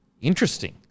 Interesting